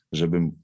żebym